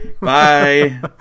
Bye